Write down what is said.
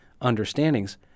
understandings